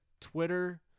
Twitter